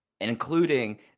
including